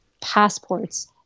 passports